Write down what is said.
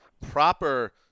proper